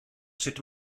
sut